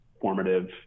formative